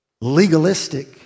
legalistic